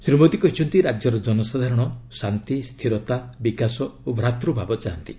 ଶ୍ରୀ ମୋଦୀ କହିଛନ୍ତି ରାଜ୍ୟର ଜନସାଧାରଣ ଶାନ୍ତି ସ୍ଥିରତା ବିକାଶ ଓ ଭ୍ରାତୂଭାବ ଚାହାନ୍ତି